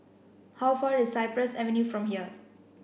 how far is Cypress Avenue from here